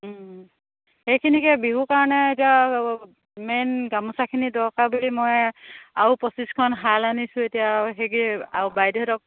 সেইখিনিকে বিহুৰ কাৰণে এতিয়া মেইন গামোচাখিনি দৰকাৰ বুলি মই আৰু পঁচিছখন শাল আনিছোঁ এতিয়া সেইক আৰু বাইদেউহঁতক